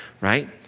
right